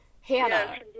Hannah